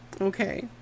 okay